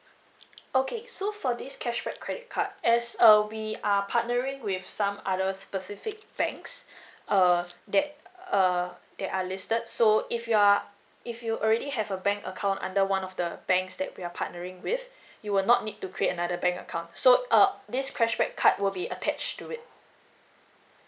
okay so for this cashback credit card as uh we are partnering with some other specific banks uh that uh that are listed so if you are if you already have a bank account under one of the banks that we are partnering with you will not need to create another bank account so uh this cashback card will be attached to it